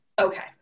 Okay